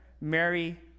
Mary